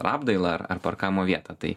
apdailą ar ar parkavimo vietą tai